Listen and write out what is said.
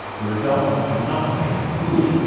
the results have not been as good.